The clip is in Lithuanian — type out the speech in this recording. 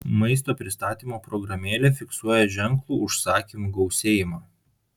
maisto pristatymo programėlė fiksuoja ženklų užsakymų gausėjimą